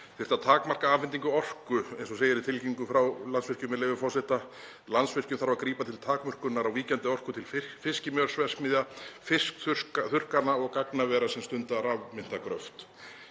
þyrfti að takmarka afhendingu orku, eins og segir í tilkynningu frá Landsvirkjun, með leyfi forseta: „Landsvirkjun þarf að grípa til takmörkunar á víkjandi orku til fiskimjölsverksmiðja, fiskþurrkana og gagnavera sem stunda rafmyntagröft.“